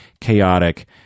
chaotic